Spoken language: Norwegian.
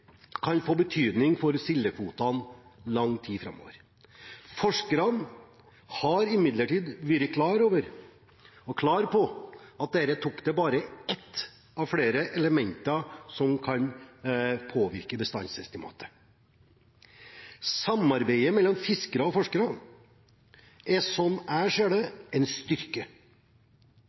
kan få betydning for sildekvotene i lang tid framover. Forskerne har imidlertid vært klar over og klare på at dette toktet bare er ett av flere elementer som kan påvirke bestandsestimatet. Samarbeidet mellom fiskere og forskere er, slik jeg ser det, en styrke